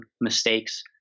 mistakes